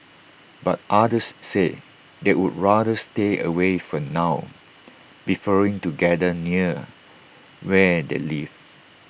but others said they would rather stay away for now preferring to gather near where they live